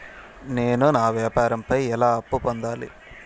నేను నా వ్యాపారం పై ఎలా అప్పు పొందాలి?